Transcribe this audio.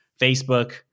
Facebook